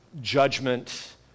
judgment